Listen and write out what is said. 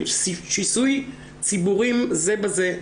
של שיסוי ציבורי זה בזה,